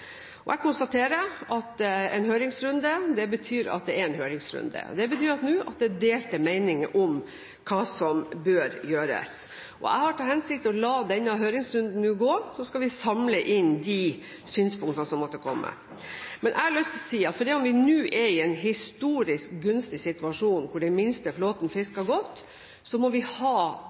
Jeg konstaterer at en høringsrunde betyr at det er en høringsrunde. Det betyr at det er delte meninger om hva som bør gjøres. Jeg har til hensikt å la denne høringsrunden gå, så skal vi samle inn de synspunktene som måtte komme. Jeg har lyst til å si at fordi om vi nå er i en historisk gunstig situasjon hvor den minste flåten fisker godt, må vi også for denne flåten ha